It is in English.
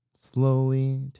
Slowly